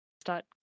start